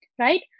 Right